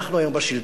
אנחנו היום בשלטון,